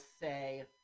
say